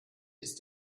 ist